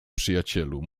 przyjacielu